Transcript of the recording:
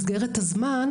מסגרת הזמן,